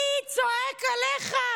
מי צועק עליך?